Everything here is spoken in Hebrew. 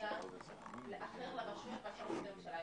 סנקציה אחר לרשויות מאשר למשרדי הממשלה,